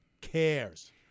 cares